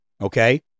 okay